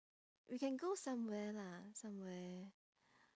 we can go somewhere lah somewhere